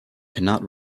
cannot